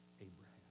Abraham